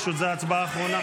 פשוט זו ההצבעה האחרונה.